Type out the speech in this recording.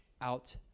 out